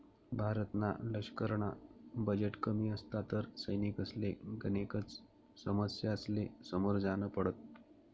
भारतना लशकरना बजेट कमी असता तर सैनिकसले गनेकच समस्यासले समोर जान पडत